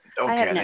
Okay